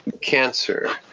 cancer